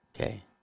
Okay